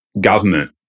government